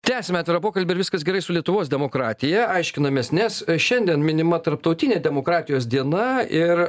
tęsiame atvirą pokalbį ar viskas gerai su lietuvos demokratija aiškinamės nes šiandien minima tarptautinė demokratijos diena ir